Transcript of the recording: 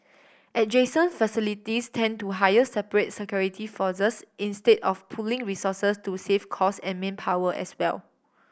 adjacent facilities tend to hire separate security forces instead of pooling resources to save cost and manpower as well